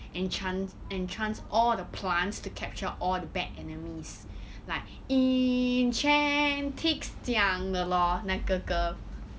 enchant enchants all the plants to capture all the bad enemies like enchants 这样的 lor 那个歌